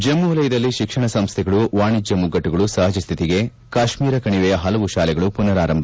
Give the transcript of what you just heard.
ಜಮ್ಮ ವಲಯದಲ್ಲಿ ಶಿಕ್ಷಣ ಸಂಸ್ಥೆಗಳು ವಾಣಿಜ್ಯ ಮುಗ್ಗಟ್ಟುಗಳು ಸಹಜ ಸ್ವಿತಿ ಕಾಶ್ಮೀರ ಕಣಿವೆಯ ಹಲವು ಶಾಲೆಗಳು ಪುನರಾರಂಭ